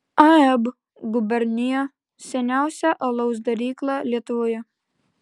ab gubernija seniausia alaus darykla lietuvoje